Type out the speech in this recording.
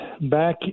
back